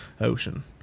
ocean